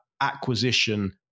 acquisition